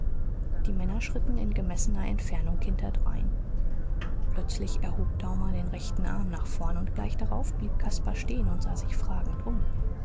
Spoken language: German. die männer schritten in gemessener entfernung hinterdrein plötzlich erhob daumer den rechten arm nach vorn und gleich darauf blieb caspar stehen und sah sich fragend um